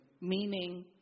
meaning